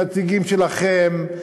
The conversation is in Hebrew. הנציגים שלכם,